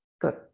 good